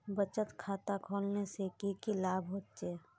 बचत खाता खोलने से की की लाभ होचे?